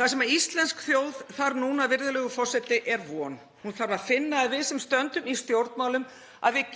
Það sem íslensk þjóð þarf núna, virðulegur forseti, er von. Hún þarf að finna að við sem stöndum í stjórnmálum